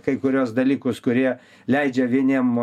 kai kuriuos dalykus kurie leidžia vieniem